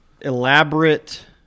elaborate